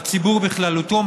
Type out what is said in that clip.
והציבור בכללותו,